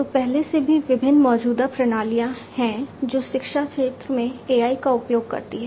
तो पहले से ही विभिन्न मौजूदा प्रणालियां हैं जो शिक्षा क्षेत्र में AI का उपयोग करती हैं